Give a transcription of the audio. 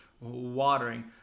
watering